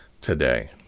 today